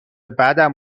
بدم